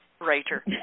writer